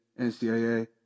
NCAA